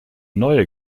neue